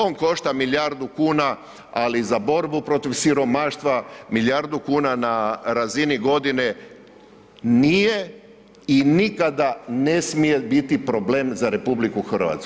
On košta milijardu kuna, ali za borbu protiv siromaštva milijardu kuna na razini godine nije i nikada ne smije biti problem za RH.